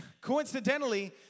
coincidentally